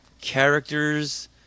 characters